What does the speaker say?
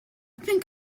think